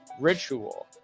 ritual